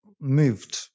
moved